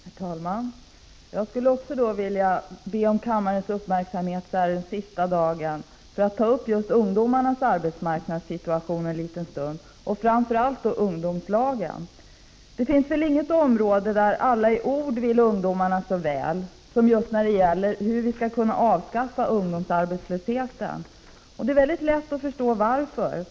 Herr talman! Den sista arbetsdagen för året vill också jag be om kammarens uppmärksamhet en liten stund. Jag vill ta upp frågan om ungdomarnas arbetsmarknadssituation, framför allt arbetet i ungdomslag. Aldrig hör vi så ofta att alla säger sig vilja ungdomarna väl som just när det gäller frågan om hur vi skall kunna avskaffa ungdomsarbetslösheten. Det är lätt att förstå varför.